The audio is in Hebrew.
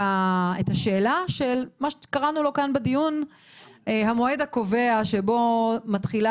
השאלה של מה שקראנו לה כאן בדיון "המועד הקובע" שבו מתחילה